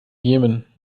jemen